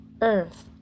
Earth